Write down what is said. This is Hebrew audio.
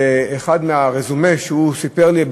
ודבר אחד מהרזומה שהוא סיפר לי,